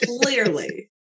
Clearly